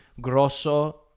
Grosso